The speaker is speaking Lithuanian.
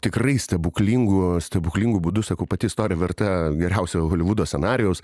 tikrai stebuklingu stebuklingu būdu sako pati istorija verta geriausio holivudo scenarijaus